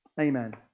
Amen